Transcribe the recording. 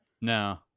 No